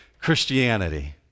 Christianity